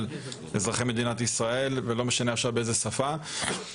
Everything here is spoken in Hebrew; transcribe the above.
אזרחי ותושבי מדינת ישראל ולא משנה באיזו שפה.